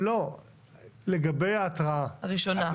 לגבי ההתראה הראשונה.